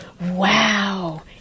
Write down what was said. Wow